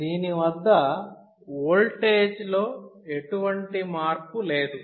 దీని వద్ద ఓల్టేజ్ లో ఎటువంటి మార్పు లేదు